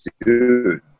dude